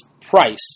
Price